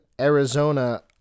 Arizona